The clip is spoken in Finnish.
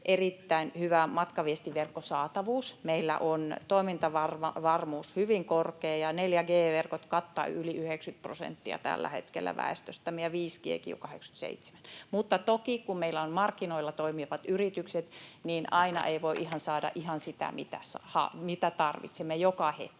erittäin hyvä matkaviestinverkkosaatavuus. Meillä on toimintavarmuus hyvin korkea. 4G-verkot kattavat tällä hetkellä yli 90 prosenttia väestöstämme ja 5G:kin jo 87 prosenttia. Mutta toki, kun meillä ovat markkinoilla toimivat yritykset, aina ei voi saada ihan sitä, mitä tarvitsemme joka hetki.